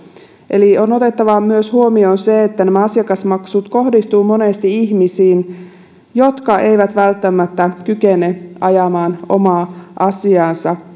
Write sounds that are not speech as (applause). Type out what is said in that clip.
eli on otettava myös huomioon se että nämä asiakasmaksut kohdistuvat monesti ihmisiin jotka eivät välttämättä kykene ajamaan omaa asiaansa (unintelligible)